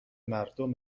مردم